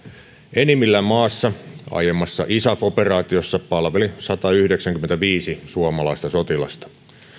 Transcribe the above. enimmillään maassa aiemmassa isaf operaatiossa palveli satayhdeksänkymmentäviisi suomalaista sotilasta